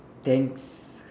thanks